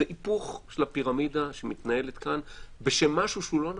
זה היפוך של הפירמידה שמתנהלת כאן בשם משהו שהוא לא נכון.